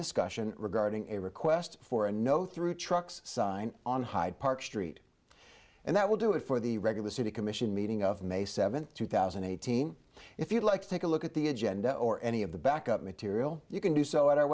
discussion regarding a request for a no through trucks sign on hyde park street and that will do it for the regular city commission meeting of may seventh two thousand and eight team if you'd like to take a look at the agenda or any of the backup material you can do so at our